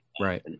right